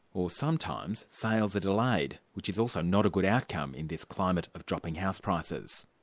or sometimes sales are delayed, which is also not a good outcome in this climate of dropping house prices.